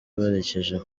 berekeje